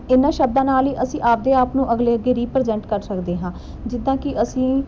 ਇਹਨਾਂ ਸ਼ਬਦਾਂ ਨਾਲ ਹੀ ਅਸੀਂ ਆਪਣੇ ਆਪ ਨੂੰ ਅਗਲੇ ਅੱਗੇ ਰੀਪ੍ਰਜੈਂਟ ਕਰ ਸਕਦੇ ਹਾਂ ਜਿੱਦਾਂ ਕਿ ਅਸੀਂ